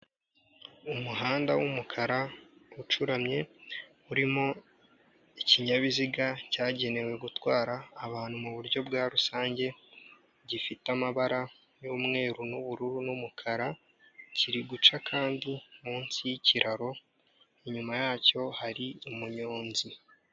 Umuhanda w'umukara ucuramye, urimo ikinyabiziga cyagenewe gutwara abantu mu buryo bwa rusange, gifite amabara y'umweru n'ubururu n'umukara, kiri guca kandi munsi y'ikiraro, inyuma yacyo hari umunyonzi.